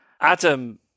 Adam